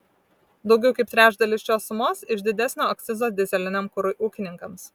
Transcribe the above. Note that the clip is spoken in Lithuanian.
daugiau kaip trečdalis šios sumos iš didesnio akcizo dyzeliniam kurui ūkininkams